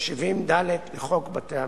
או 70(ד) לחוק בתי-המשפט.